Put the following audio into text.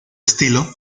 estilo